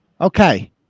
Okay